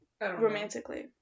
romantically